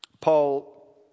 Paul